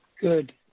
Good